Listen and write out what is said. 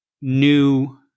new